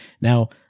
Now